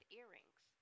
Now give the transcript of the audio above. earrings